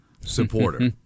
supporter